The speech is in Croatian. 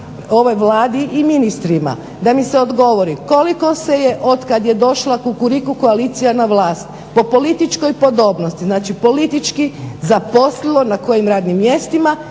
ovoj Vladi i ministrima da mi se odgovori koliko se je od kada je došla Kukuriku koalicija na vlast po političkoj podobnosti, znači politički zaposlilo na kojim radnim mjestima